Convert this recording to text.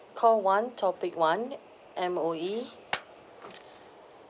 call one topic one M_O_E